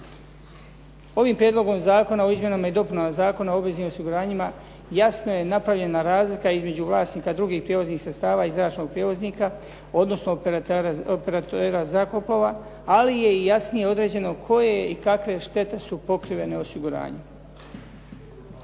Ovim Prijedlogom zakona o izmjenama i dopunama Zakona o obveznim osiguranjima jasno je napravljena razlika između vlasnika drugih prijevoznih sredstava i zračnog prijevoznika, odnosno operatera zrakoplova, ali je i jasnije određeno koje je i kakve štete su pokrivene osiguranjem.